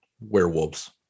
werewolves